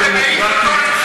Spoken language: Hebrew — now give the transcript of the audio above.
תתבייש לך.